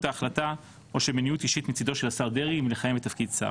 ההחלטה או של מניעות אישית מצדו של השר דרעי מלכהן בתפקיד שר.